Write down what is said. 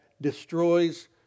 destroys